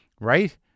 right